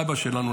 אבא שלנו,